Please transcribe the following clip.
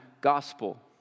gospel